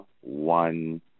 one